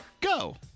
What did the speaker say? Go